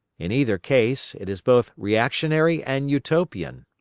in either case, it is both reactionary and utopian.